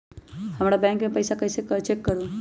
हमर बैंक में पईसा कईसे चेक करु?